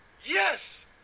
Yes